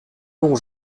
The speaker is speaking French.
longs